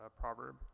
proverb